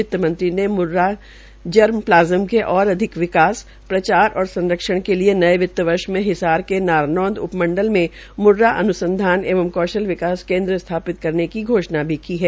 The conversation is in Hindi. वित्तमंत्री ने मुरर्राह जर्म प्लाजम के और अधिक विकास प्रचार और संरक्षण के लिए न्ये वित्तवर्ष में हिसार के नारनौंद उपमंडल में मुरर्राह अनुसंधान एवं कौशल विकास केन्द्र स्थापित करने की घोषणा भी की है